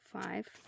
Five